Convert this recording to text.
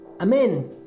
Amen